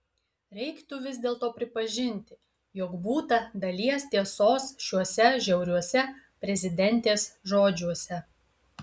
reiktų vis dėlto pripažinti jog būta dalies tiesos šiuose žiauriuose prezidentės žodžiuose